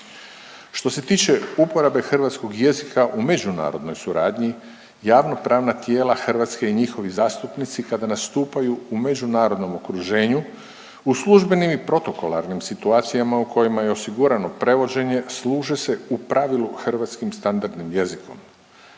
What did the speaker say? Što se tiče uporabe hrvatskog jezika u međunarodnoj suradnji, javnopravna tijela Hrvatske i njihovi zastupnici, kada nastupaju u međunarodnom okruženju, u službenim i protokolarnim situacijama u kojima je osigurano prevođenje, služe se u pravilu hrvatskim standardnim jezikom.